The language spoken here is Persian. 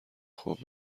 خوب